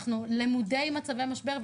אנחנו למודי מצבי משבר,